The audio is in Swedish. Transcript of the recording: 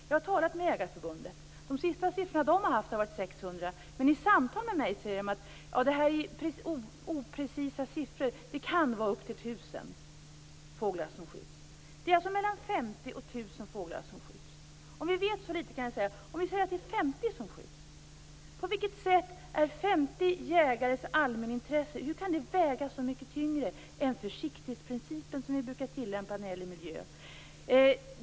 Den senaste siffra man hade på Jägareförbundet var 600, men i samtal med mig har man sagt att detta är oprecisa siffror och att det kan vara upp till 1 000 fåglar som skjuts. Det är alltså mellan 50 och 1 000 fåglar som skjuts. Låt oss säga att det är 50 som skjuts. På vilket sätt kan 50 jägares allmänintresse väga så mycket tyngre än den försiktighetsprincip vi brukar tillämpa när det gäller miljön?